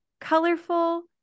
colorful